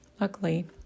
luckily